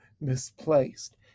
misplaced